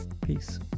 peace